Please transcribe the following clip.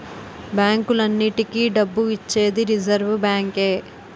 బ్యాంకులన్నింటికీ డబ్బు ఇచ్చేది రిజర్వ్ బ్యాంకే